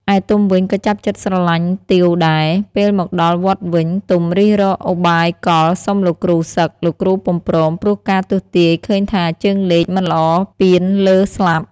ឯទុំវិញក៏ចាប់ចិត្តស្រឡាញ់ទាវដែរ ពេលមកដល់វត្តវិញ ទុំរិះរកឧបាយកលសុំលោកគ្រូសឹក លោកគ្រូពុំព្រមព្រោះការទស្សទាយឃើញថាជើងលេខមិនល្អពានលើស្លាប់ ។